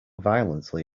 violently